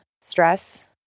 stress